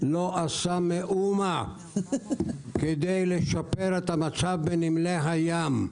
לא עשה מאומה כדי לשפר את המצב בנמלי הים.